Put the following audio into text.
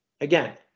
Again